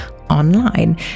online